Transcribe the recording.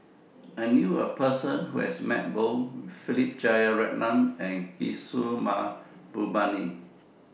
I knew A Person Who has Met Both Philip Jeyaretnam and Kishore Mahbubani